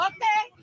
Okay